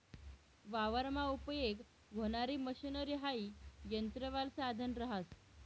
वावरमा उपयेग व्हणारी मशनरी हाई यंत्रवालं साधन रहास